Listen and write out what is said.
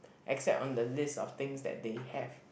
except on the list of things that they have